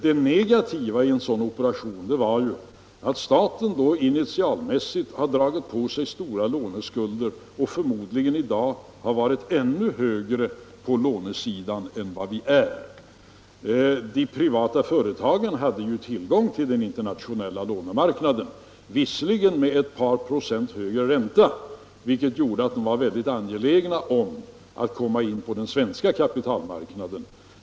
Det negativa i en sådan operation hade varit att staten då till en början dragit på sig stora låneskulder och förmodligen även i dag haft ännu större skulder än vad som nu är fallet. De privata företagen hade ju tillgång till den internationella lånemarknaden, visserligen med ett par procents högre ränta vilket gjorde att de var väldigt angelägna om att komma in på den svenska kapitalmarknaden.